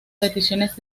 peticiones